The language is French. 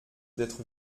d’être